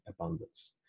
abundance